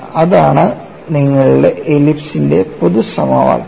അതാണ് നിങ്ങളുടെ എലിപ്സ് ന്റെ പൊതു സമവാക്യം